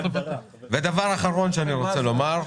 ודבר אחרון שאני רוצה לומר,